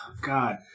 God